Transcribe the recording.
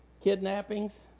Kidnappings